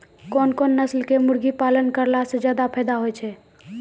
कोन कोन नस्ल के मुर्गी पालन करला से ज्यादा फायदा होय छै?